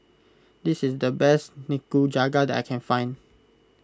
this is the best Nikujaga that I can find